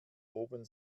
oben